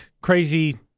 crazy